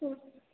ம்